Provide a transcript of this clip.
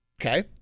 okay